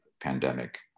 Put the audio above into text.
pandemic